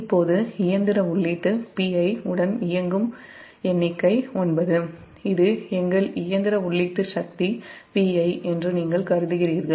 இப்போது இயந்திர உள்ளீட்டு Pi உடன் இயங்கும் எண்ணிக்கை 9 இது எங்கள் இயந்திர உள்ளீட்டு சக்தி Pi என்று நீங்கள் கருதுகிறீர்கள்